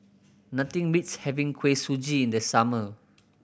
nothing beats having Kuih Suji in the summer